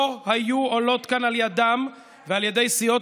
לא היו עולות כאן על ידה ועל ידי סיעות